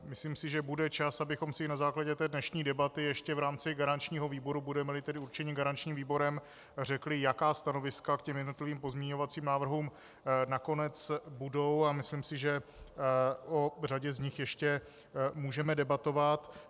Myslím si, že bude čas, abychom si i na základě dnešní debaty ještě v rámci garančního výboru, budemeli tedy určeni garančním výborem, řekli, jaká stanoviska k jednotlivým pozměňovacím návrhům nakonec budou, a myslím si, že o řadě z nich ještě můžeme debatovat.